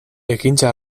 ekintza